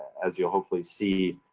as you'll hopefully see,